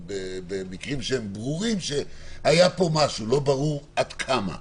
במקרים שברור שהיה פה משהו לא ברור עד כמה,